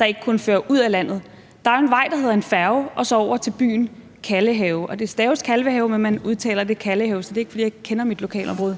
der ikke kun fører ud af landet; der er jo en vej, nemlig med færge, over til byen Kalvehave – som altså udtales »kallehave«, selv om det ikke staves sådan; så det er ikke, fordi jeg ikke kender mit lokalområde.